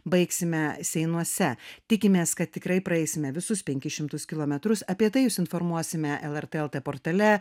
baigsime seinuose tikimės kad tikrai praeisime visus penkis šimtus kilometrus apie tai jus informuosime lrt lt portale